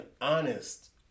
honest